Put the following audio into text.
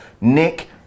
nick